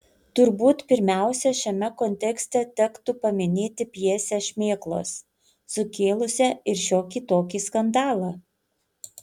turbūt pirmiausia šiame kontekste tektų paminėti pjesę šmėklos sukėlusią ir šiokį tokį skandalą